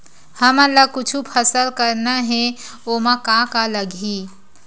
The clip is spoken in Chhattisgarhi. हमन ला कुछु फसल करना हे ओमा का का लगही?